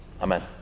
Amen